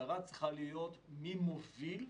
ההסדרה צריכה להיות מי מוביל,